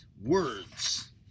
words